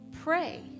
pray